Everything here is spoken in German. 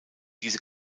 diese